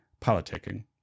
politicking